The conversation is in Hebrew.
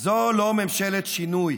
ממשלת שינוי,